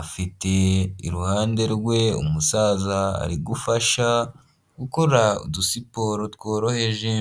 afite iruhande rwe umusaza arigufasha gukora udusiporo tworoheje.